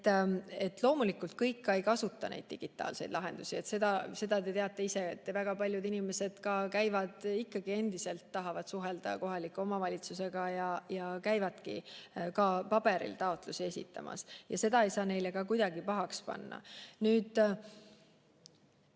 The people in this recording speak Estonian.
Loomulikult, kõik ei kasuta neid digitaalseid lahendusi. Seda te teate ise ka. Väga paljud inimesed tahavad ikkagi, endiselt suhelda kohaliku omavalitsusega ja käivadki paberil taotlusi esitamas. Seda ei saa neile ka kuidagi pahaks panna. Nüüd,